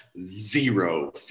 Zero